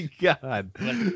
God